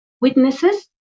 witnesses